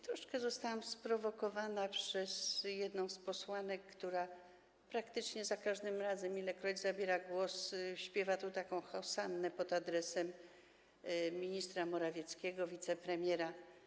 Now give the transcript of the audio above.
Troszkę zostałam sprowokowana przez jedną z posłanek, która praktycznie za każdym razem, ilekroć zabiera głos, śpiewa tu taką hosannę pod adresem ministra Morawieckiego, wicepremiera.